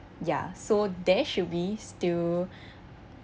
ya so there should be still